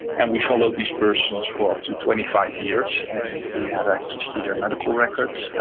and we followed these persons for up to twenty five years and we had access to their medical records,